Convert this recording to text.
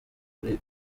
muri